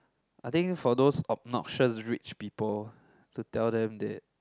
I think for those obnoxious rich people so tell them that